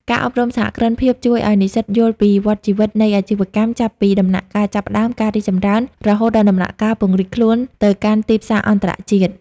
ការអប់រំសហគ្រិនភាពជួយឱ្យនិស្សិតយល់ពី "វដ្តជីវិតនៃអាជីវកម្ម" ចាប់ពីដំណាក់កាលចាប់ផ្ដើម ការរីកចម្រើន រហូតដល់ដំណាក់កាលពង្រីកខ្លួនទៅកាន់ទីផ្សារអន្តរជាតិ។